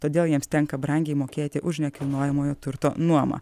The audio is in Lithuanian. todėl jiems tenka brangiai mokėti už nekilnojamojo turto nuomą